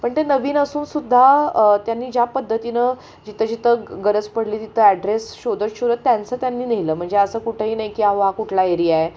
पण ते नवीन असून सुद्धा त्यांनी ज्या पद्धतीनं जिथं जिथं गरज पडली तिथं ॲड्रेस शोधत शोधत त्यांचं त्यांनी नेलं म्हणजे असं कुठंही नाही की आहो हा कुठला एरिया आहे